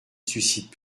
suscite